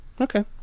Okay